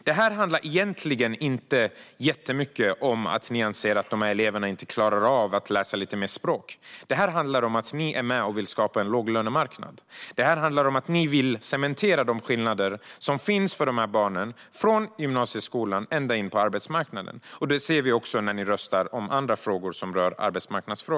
Det här handlar egentligen inte jättemycket om att nyansera att dessa elever inte klarar av att läsa lite mer språk; det handlar om att ni vill skapa en låglönemarknad. Det handlar om att ni vill cementera de skillnader som finns mellan de här barnen, från gymnasieskolan och ända in på arbetsmarknaden. Det ser vi även när ni röstar om andra frågor som rör arbetsmarknaden.